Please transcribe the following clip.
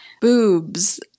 Boobs